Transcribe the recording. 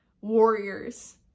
warriors